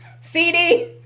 CD